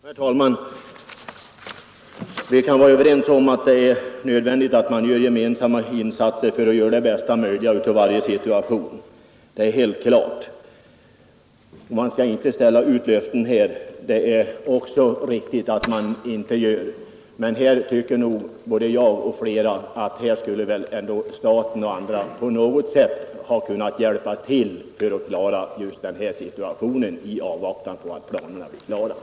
Herr talman! Vi kan vara överens om att det är nödvändigt att göra gemensamma insatser för att åstadkomma det bästa möjliga i varje situation — det är helt klart. Det är också riktigt att man inte bör ge löften som man inte kan hålla. Men i detta fall tycker jag och flera med mig att staten på något sätt borde ha kunnat hjälpa till för att, i avvaktan på att planerna blir färdiga, klara situationen.